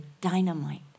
dynamite